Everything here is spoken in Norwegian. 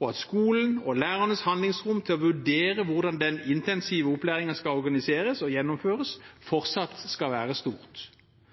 og at skolen og lærernes handlingsrom til å vurdere hvordan den intensive opplæringen skal organiseres og gjennomføres, fortsatt skal være stort.